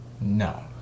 No